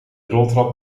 roltrap